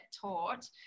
taught